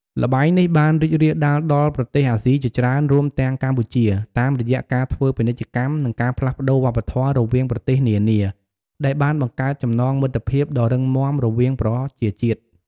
ល្បែងនេះបានរីករាលដាលដល់ប្រទេសអាស៊ីជាច្រើន រួមទាំងកម្ពុជា តាមរយៈការធ្វើពាណិជ្ជកម្ម និងការផ្លាស់ប្តូរវប្បធម៌រវាងប្រទេសនានា ដែលបានបង្កើតចំណងមិត្តភាពដ៏រឹងមាំរវាងប្រជាជាតិ។